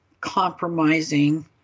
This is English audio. compromising